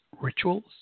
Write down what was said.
rituals